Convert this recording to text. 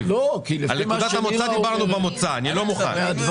אני לא מוכן.